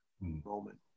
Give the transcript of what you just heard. moment